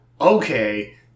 okay